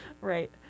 Right